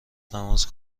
تماس